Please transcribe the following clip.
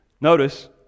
Notice